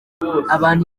abantu